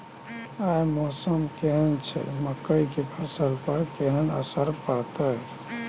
आय मौसम केहन छै मकई के फसल पर केहन असर परतै?